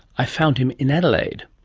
i found him in adelaide.